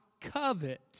covet